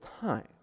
time